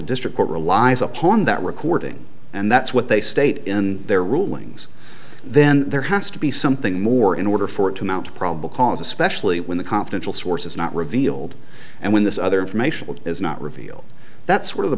district court relies upon that recording and that's what they state in their rulings then there has to be something more in order for it to mount probable cause especially when the confidential source is not revealed and when this other information is not revealed that's one of the